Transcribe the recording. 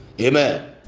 amen